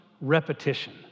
repetition